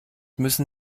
müssen